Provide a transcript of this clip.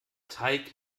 teig